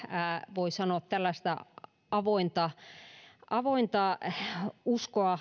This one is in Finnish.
voi sanoa tällaista avointa avointa uskoa